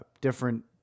different